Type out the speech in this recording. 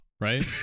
right